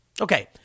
Okay